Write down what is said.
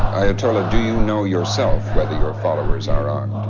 ayatollah, do you know, yourself, whether your followers are armed?